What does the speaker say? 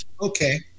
Okay